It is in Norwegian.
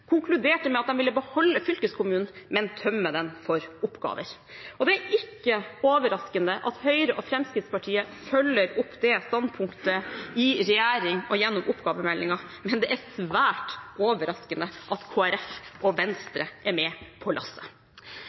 konkluderte med at de ville beholde fylkeskommunen, men tømme den for oppgaver. Det er ikke overraskende at Høyre og Fremskrittspartiet følger opp det standpunktet i regjering og gjennom oppgavemeldingen, men det er svært overraskende at Kristelig Folkeparti og Venstre er med på lasset.